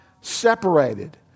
separated